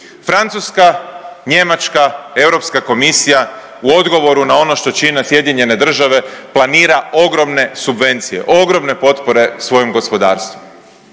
Francuska, Njemačka, Europska komisija u odgovoru na ono što čine SAD planira ogromne subvencije, ogromne potpore svojem gospodarstvu.